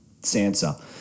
Sansa